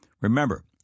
Remember